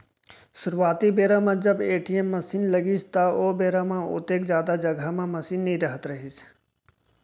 सुरूवाती बेरा म जब ए.टी.एम मसीन लगिस त ओ बेरा म ओतेक जादा जघा म मसीन नइ रहत रहिस